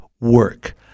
work